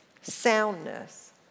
soundness